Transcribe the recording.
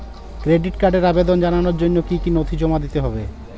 Credit কার্ডের আবেদন জানানোর জন্য কী কী নথি জমা দিতে হবে?